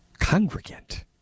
Congregant